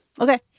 Okay